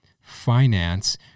finance